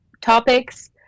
topics